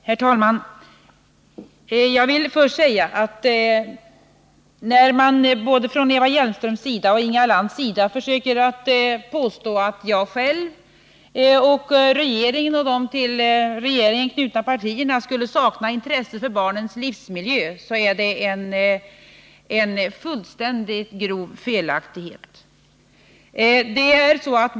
Herr talman! Jag vill börja med att säga, att när både Eva Hjelmström och Inga Lantz försöker påstå att jag själv och regeringen i övrigt samt till regeringen knutna partier skulle sakna intresse för barnens livsmiljö är det en fullständig och grov felaktighet.